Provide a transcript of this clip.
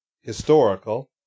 historical